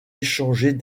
échanger